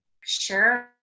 Sure